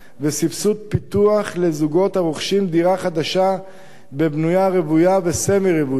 וסבסוד פיתוח לזוגות הרוכשים דירה חדשה בבנייה רוויה וסמי-רוויה.